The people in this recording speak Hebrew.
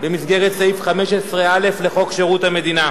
במסגרת סעיף 15א לחוק שירות המדינה,